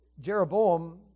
Jeroboam